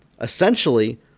Essentially